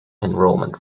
enrollment